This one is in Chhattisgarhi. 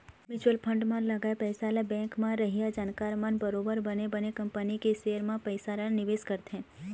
म्युचुअल फंड म लगाए पइसा ल बेंक म रहइया जानकार मन बरोबर बने बने कंपनी के सेयर म पइसा ल निवेश करथे